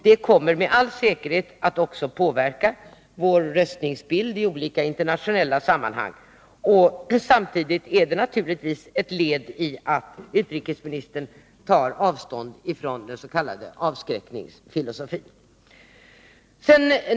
Det kommer med all säkerhet också att påverka vår röstningsbild i olika internationella sammanhang. Samtidigt utgör detta naturligtvis ett led i utrikesministerns avståndstagande från den s.k. avskräckningsfilosofin.